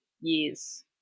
years